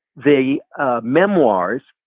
the ah memoirs,